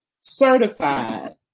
certified